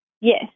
Yes